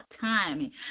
timing